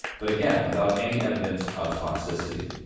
but again without any evidence of toxicity.